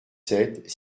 sept